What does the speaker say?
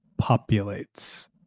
populates